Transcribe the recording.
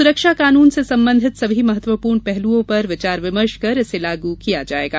सुरक्षा कानून से संबंधित सभी महत्वपूर्ण पहुलओं पर विचार विमर्श कर इसे लागू किया जाएगा